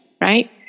right